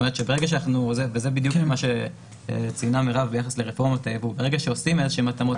זה בדיוק מה שציינה מרב ביחס לרפורמות: ברגע שעושים התאמות